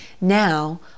Now